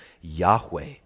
Yahweh